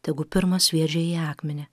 tegu pirmas sviedžia į jį akmenį